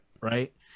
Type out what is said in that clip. right